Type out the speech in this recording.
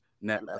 net